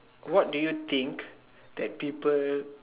what do you think that people